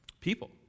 People